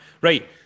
Right